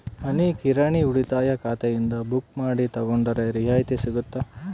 ಮನಿ ಕಿರಾಣಿ ಉಳಿತಾಯ ಖಾತೆಯಿಂದ ಬುಕ್ಕು ಮಾಡಿ ತಗೊಂಡರೆ ರಿಯಾಯಿತಿ ಸಿಗುತ್ತಾ?